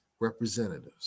representatives